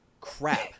crap